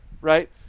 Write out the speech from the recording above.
right